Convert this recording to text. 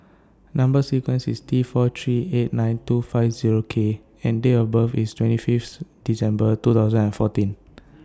Number sequence IS T four three eight nine two five Zero K and Date of birth IS twenty Fifth December two thousand and fourteen